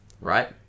right